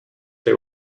they